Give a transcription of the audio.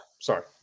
sorry